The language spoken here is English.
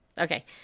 Okay